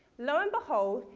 lo and behold,